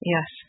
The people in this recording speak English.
Yes